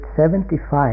75